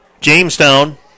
Jamestown